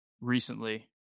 recently